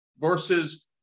versus